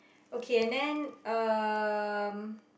okay and then um